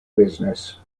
business